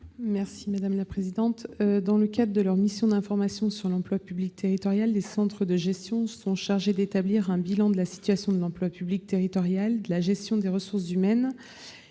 est à Mme Sylviane Noël. Dans le cadre de leur mission d'information sur l'emploi public territorial, les centres de gestion sont chargés d'établir un bilan de la situation de l'emploi public territorial et de la gestion des ressources humaines